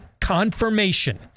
confirmation